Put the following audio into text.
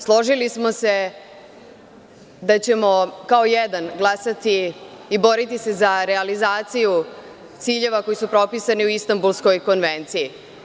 Složili smo se da ćemo kao jedan glasati i borite se za realizaciju ciljeva koji su propisani u Istambulskoj konvenciji.